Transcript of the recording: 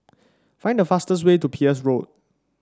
find the fastest way to Peirce Road